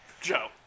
Joe